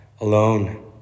alone